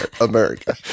America